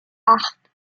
acht